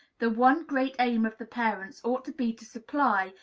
the one great aim of the parents ought to be to supply,